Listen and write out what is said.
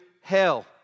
hell